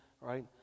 right